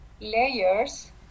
layers